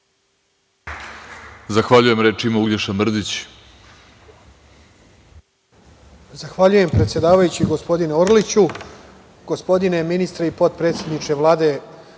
Zahvaljujem. Reč ima Uglješa Mrdić.